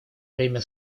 время